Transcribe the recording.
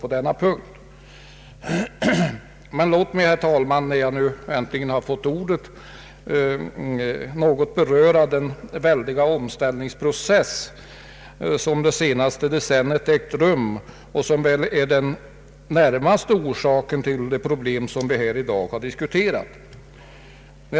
Låt mig emellertid, herr talman, när jag nu äntligen har fått ordet något beröra den väldiga omställningsprocess som under det senaste decenniet ägt rum inom skogsbruket och som väl är den närmaste orsaken till de problem vi i dag diskuterar. När arbetsmark Ang.